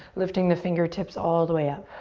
lifting the fingertips all the way up.